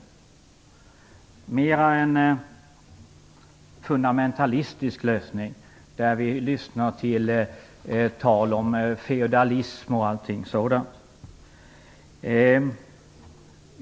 Det handlar mera om en fundamentalistisk lösning där vi får lyssna till tal om feodalism osv.